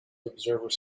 observers